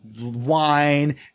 wine